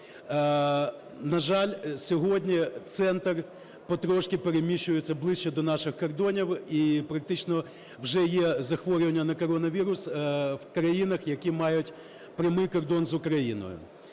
На жаль, сьогодні центр потрошку переміщується ближче до наших кордонів, і практично вже є захворювання на коронавірус в країнах, які мають прямий кордон з Україною.